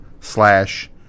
slash